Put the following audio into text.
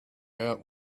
out